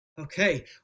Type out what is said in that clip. Okay